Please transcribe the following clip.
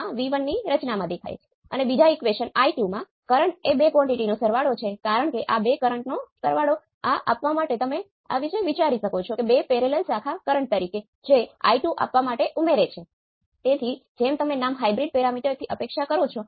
યાદ રાખો કે આ A0 નું અનંત હોવાના પરિણામ છે